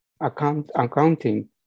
accounting